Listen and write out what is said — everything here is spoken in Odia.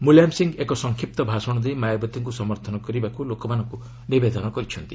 ମୁଲାୟମ ସିଂହ ଏକ ସଂକ୍ଷିପ୍ତ ଭାଷଣ ଦେଇ ମାୟାବତୀଙ୍କୁ ସମର୍ଥନ କରିବାକୁ ଲୋକମାନଙ୍କୁ ନିବେଦନ କରିଛନ୍ତି